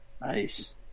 Nice